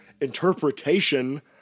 interpretation